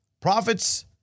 profits